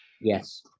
Yes